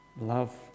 Love